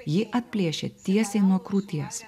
ji atplėšė tiesiai nuo krūties